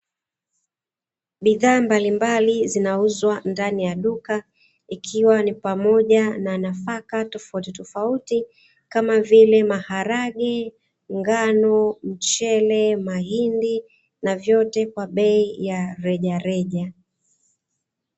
Bidhaa mbalimbali zinauzwa ndani ya duka, ikiwa ni pamoja na nafaka tofautitofauti, kama vile: maharage, ngano, mchele, mahindi na vyote kwa bei ya rejareja.